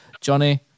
Johnny